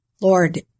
Lord